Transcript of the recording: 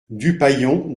dupaillon